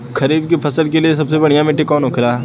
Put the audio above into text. खरीफ की फसल के लिए सबसे बढ़ियां मिट्टी कवन होखेला?